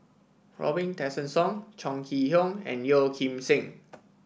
Robin Tessensohn Chong Kee Hiong and Yeo Kim Seng